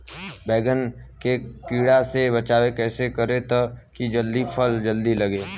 बैंगन के कीड़ा से बचाव कैसे करे ता की फल जल्दी लगे?